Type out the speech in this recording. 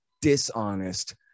dishonest